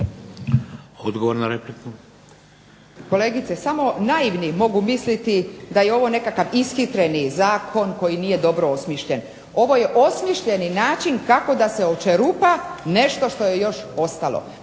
Odgovor na repliku.